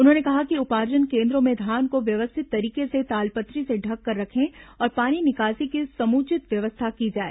उन्होंने कहा कि उपार्जन केन्द्रों में धान को व्यवस्थित तरीके से तालपत्री से ढंककर रखें और पानी निकासी की समुचित व्यवस्था की जाए